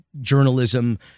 journalism